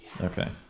Okay